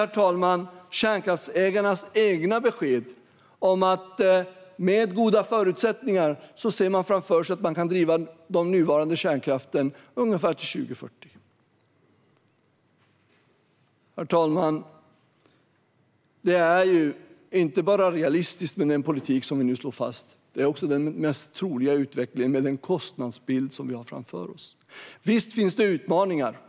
Lägg därtill kärnkraftsägarnas egna besked om att de med goda förutsättningar ser framför sig att de kan driva de nuvarande kärnkraftverken till ungefär 2040. Herr talman! Den politik som vi nu slår fast är inte bara realistisk. Det är också den mest troliga utvecklingen med den kostnadsbild som vi har framför oss. Visst finns det utmaningar.